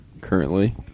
currently